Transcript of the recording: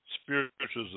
spiritualism